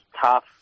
tough